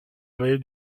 vallée